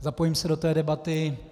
Zapojím se do té debaty.